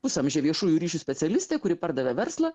pusamžė viešųjų ryšių specialistė kuri pardavė verslą